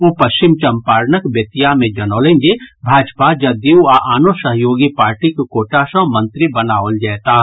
ओ पश्चिम चंपारणक बेतिया मे जनौलनि जे भाजपा जदयू आ आनो सहयोगी पार्टीक कोटा सँ मंत्री बनाओल जयताह